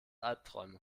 albträume